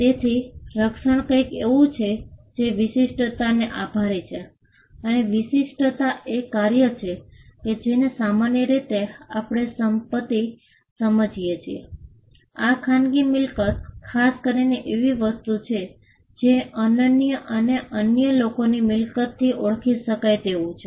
તેથી રક્ષણ કંઈક એવું છે જે વિશિષ્ટતાને આભારી છે અને વિશિષ્ટતા એ એક કાર્ય છે જેને સામાન્ય રીતે આપણે સંપત્તિ સમજીએ છે આ ખાનગી મિલકત ખાસ કરીને એવી વસ્તુ છે જે અનન્ય અને અન્ય લોકોની મિલકતથી ઓળખી શકાય તેવું છે